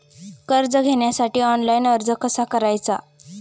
कर्ज घेण्यासाठी ऑनलाइन अर्ज कसा करायचा?